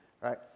right